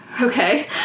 okay